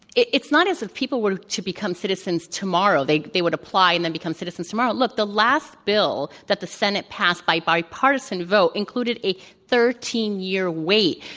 it's it's not as if people were to become citizens tomorrow they they would apply and then become citizens tomorrow. look, the last bill that the senate passed by bipartisan vote included a thirteen year wait.